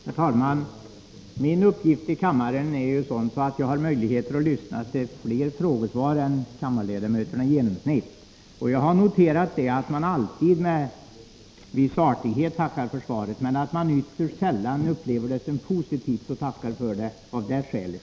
Herr talman! Min uppgift i kammaren är av sådan art att jag har möjlighet att lyssna till fler frågesvar än kammarens ledamöter i genomsnitt, och jag har noterat att man alltid med en viss artighet tackar för svaret, men att man ytterst sällan upplever svaret som positivt och tackar för det av detta skäl.